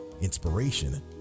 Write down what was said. inspiration